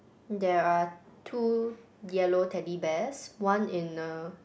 there are two yellow teddy bears one in a